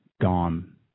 Gone